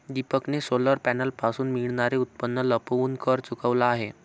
दीपकने सोलर पॅनलपासून मिळणारे उत्पन्न लपवून कर चुकवला आहे